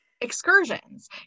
excursions